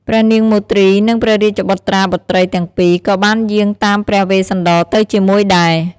ព្រះនាងមទ្រី និងព្រះរាជបុត្រាបុត្រីទាំងពីរ ក៏បានយាងតាមព្រះវេស្សន្តរទៅជាមួយដែរ។